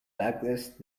douglas